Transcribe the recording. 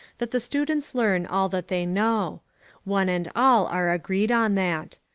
that the students learn all that they know one and all are agreed on that.